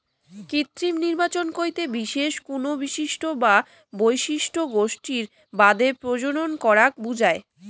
কৃত্রিম নির্বাচন কইতে বিশেষ কুনো বৈশিষ্ট্য বা বৈশিষ্ট্য গোষ্ঠীর বাদে প্রজনন করাক বুঝায়